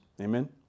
Amen